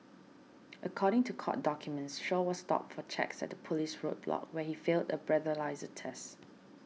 according to court documents Shaw was stopped for checks at a police roadblock where he failed a breathalyser test